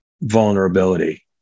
vulnerability